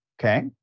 okay